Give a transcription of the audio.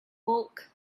woke